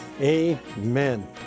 Amen